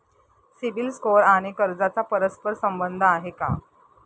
CIBIL score आणि कर्जाचा परस्पर संबंध आहे का?